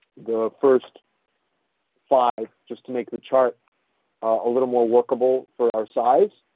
the first five just to make the chart a little more workable for our size.